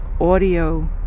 audio